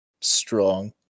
strong